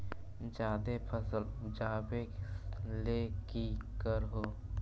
जादे फसल उपजाबे ले की कर हो?